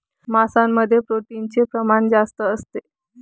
मांसामध्ये प्रोटीनचे प्रमाण जास्त असते